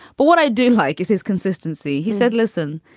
but what i do like is his consistency. he said, listen,